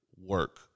work